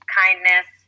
kindness